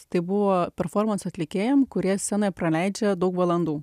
tai buvo performansų atlikėjam kurie scenoje praleidžia daug valandų